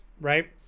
right